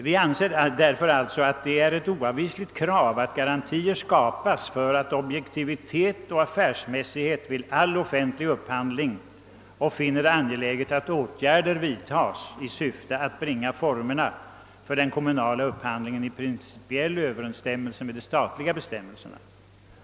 Vi anser det vara ett oavvisligt krav att garantier skapas för objektivitet och affärsmässighet vid all offentlig upphandling och finner det angeläget att åtgärder vidtas i syfte att bringa for merna för den kommunala upphandlingen i principiell överensstämmelse med de statliga bestämmelserna.